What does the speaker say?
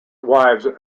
wives